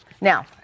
Now